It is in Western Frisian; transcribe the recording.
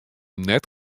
net